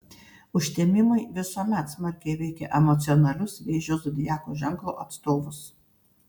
užtemimai visuomet smarkiai veikia emocionalius vėžio zodiako ženklo atstovus